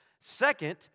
Second